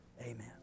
amen